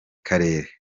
karere